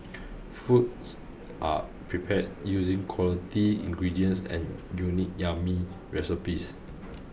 foods are prepared using quality ingredients and unique yummy recipes